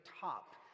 top